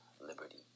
liberty